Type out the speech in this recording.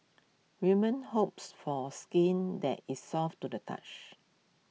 women hopes for skin that is soft to the touch